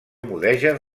mudèjar